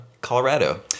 Colorado